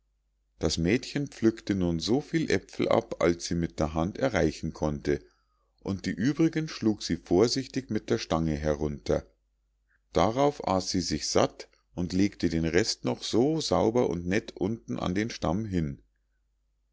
das mädchen pflückte nun so viel äpfel ab als sie mit der hand erreichen konnte und die übrigen schlug sie vorsichtig mit der stange herunter darauf aß sie sich satt und legte den rest noch so sauber und nett unten an den stamm hin